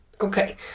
Okay